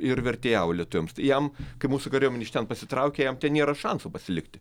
ir vertėjavo lietuviams tai jam kai mūsų kariuomenė iš ten pasitraukė jam ten nėra šansų pasilikti